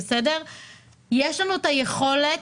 יש לנו את היכולת,